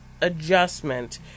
adjustment